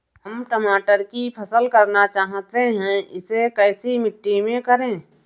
हम टमाटर की फसल करना चाहते हैं इसे कैसी मिट्टी में करें?